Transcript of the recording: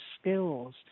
skills